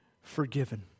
forgiven